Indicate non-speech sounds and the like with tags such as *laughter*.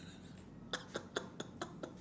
*laughs*